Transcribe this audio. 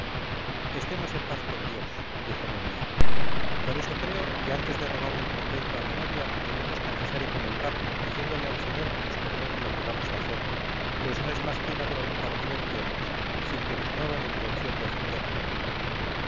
estemos en paz con dios dijo d diego por eso creo que antes de robar del convento a mi novia debemos confesar y comulgar diciéndole al señor que nos perdone lo que vamos a hacer pues no es más queuna broma para divertirnos sin que nos mueva la intención de ofenderle